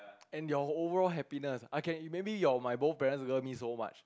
and your overall happiness I can maybe your my both parents love me so much